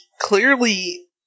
clearly